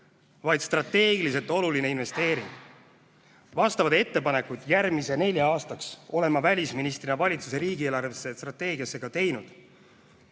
vaid strateegiliselt oluline investeering. Vastavad ettepanekud järgmiseks neljaks aastaks olen ma välisministrina riigi eelarvestrateegiasse teinud,